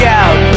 out